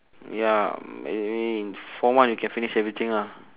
ya maybe in four month you can finish everything ah